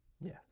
Yes